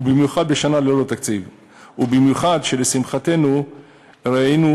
ובמיוחד בשנה ללא תקציב,